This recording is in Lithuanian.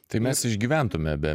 tai mes išgyventume be